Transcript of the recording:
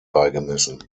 beigemessen